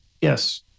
Yes